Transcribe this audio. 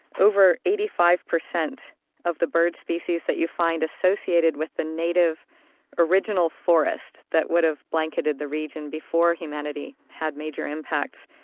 over eighty five percent of the bird species that you find associated with the native original forest that would have blanketed the region before humanity had major impacts,